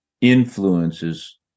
influences